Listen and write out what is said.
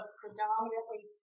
predominantly